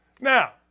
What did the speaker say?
Now